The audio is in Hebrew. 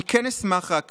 אני כן אשמח רק